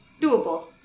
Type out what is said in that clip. doable